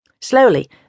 Slowly